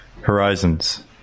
Horizons